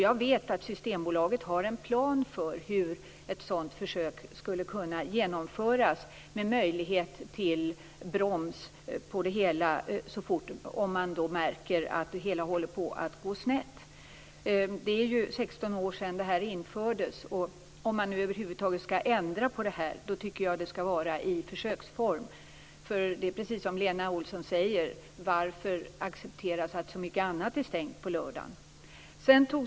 Jag vet att Systembolaget har en plan för hur ett sådant försök skulle kunna genomföras med möjlighet att bromsa det hela om man märker att det hela håller på att gå snett. Det är ju 16 år sedan detta infördes, och om man nu över huvud taget skall ändra på det här tycker jag att det skall ske i försöksform. Det är precis som Lena Olsson säger: Varför accepteras att så mycket annat är stängt på lördagar?